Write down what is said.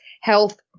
health